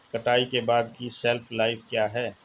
कटाई के बाद की शेल्फ लाइफ क्या है?